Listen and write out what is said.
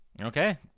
Okay